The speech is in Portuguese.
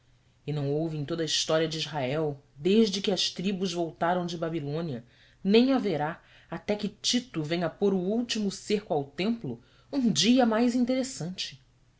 e não houve em toda a história de israel desde que as tribos voltaram da babilônia nem haverá até que tito venha pôr o último cerco ao templo um dia mais interessante